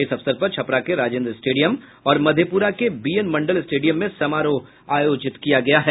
इस अवसर पर छपरा के राजेन्द्र स्टेडियम और मधेपुरा के बी एन मंडल स्टेडियम में समारोह आयोजित किया गया है